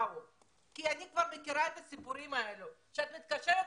אני מכירה כבר את הסיפורים האלה את מתקשרת